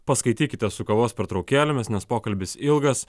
paskaitykite su kavos pertraukėlėmis nes pokalbis ilgas